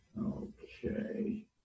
okay